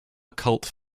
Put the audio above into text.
cult